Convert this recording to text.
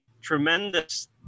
tremendous